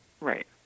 Right